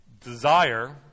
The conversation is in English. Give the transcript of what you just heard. Desire